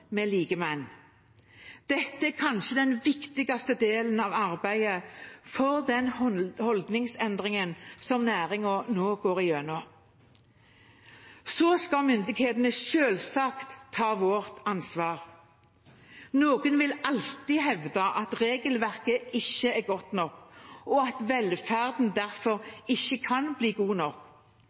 likemenn. Dette er kanskje den viktigste delen av arbeidet for den holdningsendringen som næringen nå går gjennom. Så skal myndighetene selvfølgelig ta sitt ansvar. Noen vil alltid hevde at regelverket ikke er godt nok, og at velferden derfor ikke kan bli god nok.